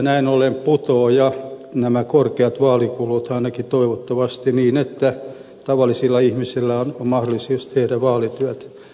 näin ollen putoavat nämä korkeat vaalikulut ainakin toivottavasti niin että tavallisilla ihmisillä on mahdollisuus tehdä vaalityötä